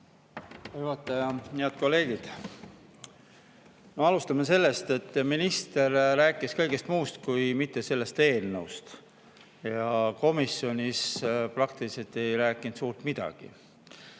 juhataja! Head kolleegid! Alustame sellest, et minister rääkis kõigest muust, kuid mitte sellest eelnõust, ja komisjonis praktiliselt ei rääkinud suurt midagi.